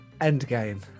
Endgame